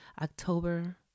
October